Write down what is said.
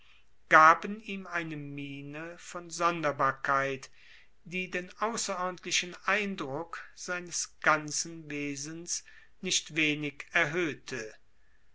gaben ihm eine miene von sonderbarkeit die den außerordentlichen eindruck seines ganzen wesens nicht wenig erhöhte